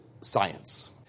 science